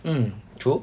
mm true